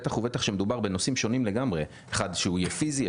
בטח ובטח כשמדובר בנושאים שונים לגמרי: אחד שהוא יהיה פיזי,